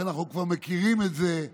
שאנחנו כבר מכירים את זה,